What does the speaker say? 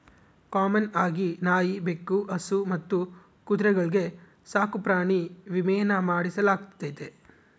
common ಆಗಿ ನಾಯಿ, ಬೆಕ್ಕು, ಹಸು ಮತ್ತು ಕುದುರೆಗಳ್ಗೆ ಸಾಕುಪ್ರಾಣಿ ವಿಮೇನ ಮಾಡಿಸಲಾಗ್ತತೆ